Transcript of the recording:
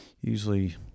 usually